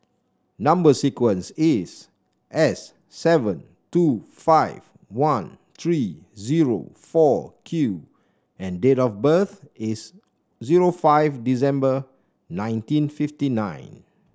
number sequence is S seven two five one three zero four Q and date of birth is zero five December nineteen fifty nine